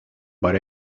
but